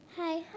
Hi